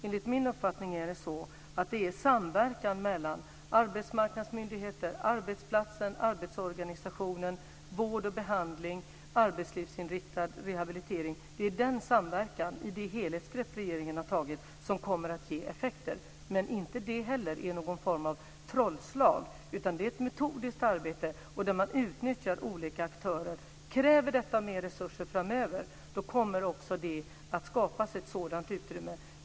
Enligt min uppfattning är det samverkan mellan arbetsmarknadsmyndigheterna, arbetsplatsen, arbetsorganisationen, vård och behandling och arbetslivsinriktad rehabilitering i det helhetsgrepp som regeringen har tagit som kommer att ge effekter. Men inte heller det kommer att ske genom något slags trollslag. Det är ett metodisk arbete där man utnyttjar olika aktörer. Kräver detta mer resurser framöver kommer det också att skapas ett sådant utrymme.